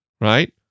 Right